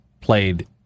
played